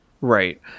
right